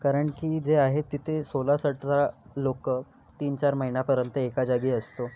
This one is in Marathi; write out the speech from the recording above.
कारण की जे आहे तिथे सोळासतरा लोक तीन चार महिन्यापर्यंत एका जागी असतो